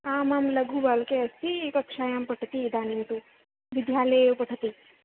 आम् आम् लघु बालकः अस्ति एक कक्षायां पठति इदानीं तु विद्यालये एव पठति